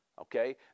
Okay